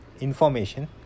information